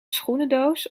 schoenendoos